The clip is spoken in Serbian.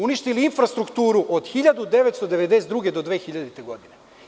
Uništili ste infrastrukturu od 1990. do 2000. godine.